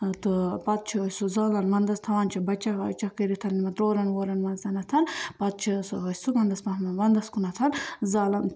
ٲں تہٕ پَتہٕ چھِ أسۍ سُہ زالان وَنٛدَس تھاوان چھِ بَچن وَچن کٔرِتھ یِمَن تورَن وورَن مَنٛز پَتہٕ چھِ سُہ أسۍ سُہ وَندَس پَہم وَنٛدَس کُن زالان